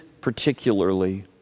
particularly